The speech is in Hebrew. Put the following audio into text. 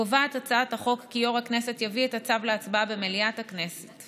קובעת הצעת החוק כי יו"ר הכנסת יביא את הצו להצבעה במליאת הכנסת.